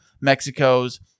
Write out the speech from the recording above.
mexico's